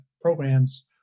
programs